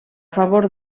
favor